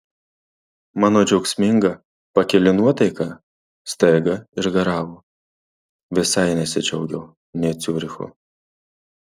mano džiaugsminga pakili nuotaika staiga išgaravo visai nesidžiaugiau nė ciurichu